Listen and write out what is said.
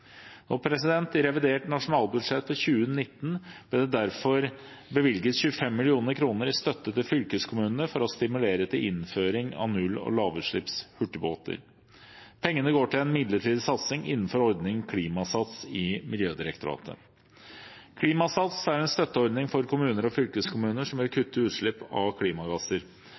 I revidert nasjonalbudsjett for 2019 ble det derfor bevilget 25 mill. kr i støtte til fylkeskommunene for å stimulere til innføring av null- og lavutslippshurtigbåter. Pengene går til en midlertidig satsing innenfor ordningen Klimasats i Miljødirektoratet. Klimasats er en støtteordning for kommuner og fylkeskommuner som vil kutte utslipp av klimagasser.